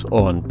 on